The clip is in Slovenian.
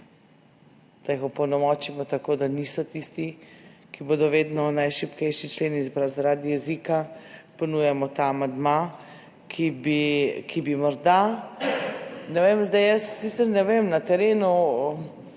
da jih opolnomočimo tako, da niso tisti, ki bodo vedno najšibkejši členi zaradi jezika, ponujamo ta amandma, ki bi morda – zdaj jaz sicer ne vem, na terenu